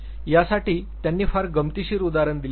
यासाठी त्यांनी फार गमतीशीर उदाहरण दिले आहे